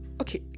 Okay